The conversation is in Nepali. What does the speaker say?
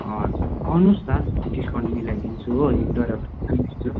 हजुर आउनुहोस् न डिस्काउन्ट मिलाइदिन्छु हो तर